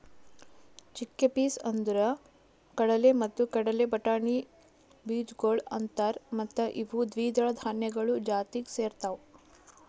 chickpeas ಅಂದುರ್ ಕಡಲೆ ಮತ್ತ ಕಡಲೆ ಬಟಾಣಿ ಬೀಜಗೊಳ್ ಅಂತಾರ್ ಮತ್ತ ಇವು ದ್ವಿದಳ ಧಾನ್ಯಗಳು ಜಾತಿಗ್ ಸೇರ್ತಾವ್